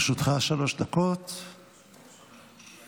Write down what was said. לרשותך שלוש דקות, בבקשה.